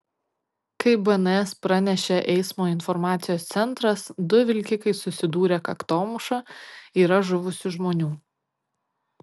kaip bns pranešė eismo informacijos centras du vilkikai susidūrė kaktomuša yra žuvusių žmonių